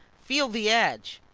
feel the edge.